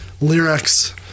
lyrics